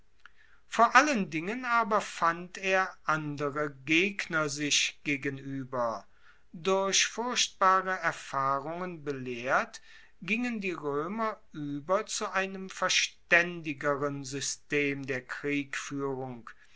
vor allen dingen aber fand er andere gegner sich gegenueber durch furchtbare erfahrungen belehrt gingen die roemer ueber zu einem verstaendigeren system der